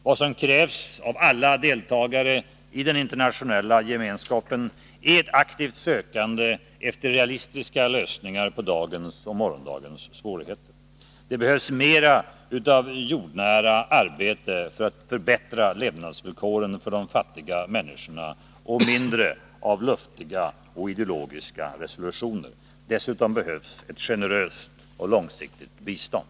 Vad som krävs av alla deltagare i den internationella gemenskapen är ett aktivt sökande efter realistiska lösningar på dagens och morgondagens svårigheter. Det behövs mera av jordnära arbete för att förbättra levnadsvillkoren för de fattiga människorna och mindre av luftiga och ideologiska resolutioner. Dessutom behövs ett generöst och långsiktigt bistånd.